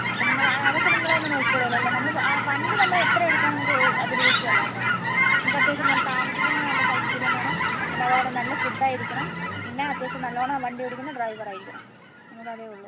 ആ അപ്പം നിങ്ങൾ അതൊക്കെ നിങ്ങൾ തന്നെ നോക്കിക്കോളുവല്ലോ അല്ലേ നമ്മൾ ആ ഫണ്ട് നമ്മൾ എത്ര എടുക്കണം നമുക്ക് അതൊരു വിഷയം അല്ല കേട്ടോ നമുക്ക് അത്യാവശ്യം നല്ല താമസത്തിന് നല്ല സൗകര്യം വേണം പിന്നെ അതേപോലെ നല്ല ഫുഡ് ആയിരിക്കണം പിന്നെ അത്യാവശ്യം നല്ലോണം വണ്ടി ഓടിക്കുന്ന ഡ്രൈവർ ആയിരിക്കണം നമുക്ക് അതേ ഉള്ളൂ